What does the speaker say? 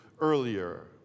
earlier